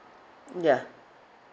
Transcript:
mm ya